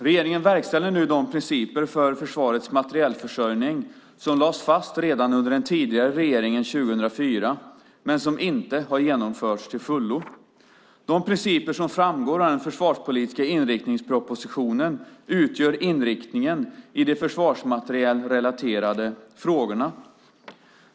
Regeringen verkställer nu de principer för försvarets materielförsörjning som lades fast redan under den tidigare regeringen 2004 men som inte har genomförts till fullo. De principer som framgår av den försvarspolitiska inriktningspropositionen utgör inriktningen i de försvarsmaterielrelaterade frågorna.